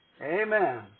Amen